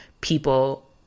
people